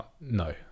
No